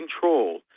control